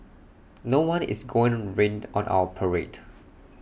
no one is gonna rain on our parade